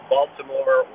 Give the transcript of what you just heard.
Baltimore